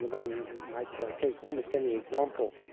one might take almost any example,